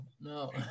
no